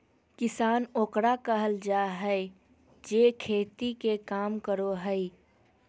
किसान ओकरा कहल जाय हइ जे खेती के काम करो हइ